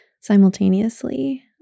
simultaneously